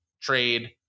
Trade